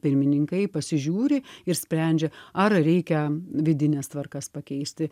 pirmininkai pasižiūri ir sprendžia ar reikia vidines tvarkas pakeisti